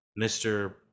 Mr